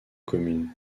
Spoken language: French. communes